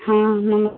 हाँ नमस्ते